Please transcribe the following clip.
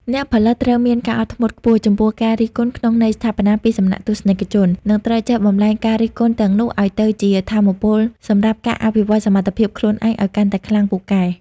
អ្នកផលិតត្រូវមានការអត់ធ្មត់ខ្ពស់ចំពោះការរិះគន់ក្នុងន័យស្ថាបនាពីសំណាក់ទស្សនិកជន និងត្រូវចេះបំប្លែងការរិះគន់ទាំងនោះឱ្យទៅជាថាមពលសម្រាប់ការអភិវឌ្ឍសមត្ថភាពខ្លួនឯងឱ្យកាន់តែខ្លាំងពូកែ។